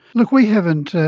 look, we haven't